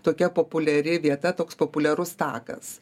tokia populiari vieta toks populiarus takas